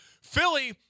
Philly